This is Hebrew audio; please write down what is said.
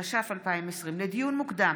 התש"ף 2020. לדיון מוקדם,